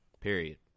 period